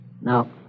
No